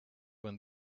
when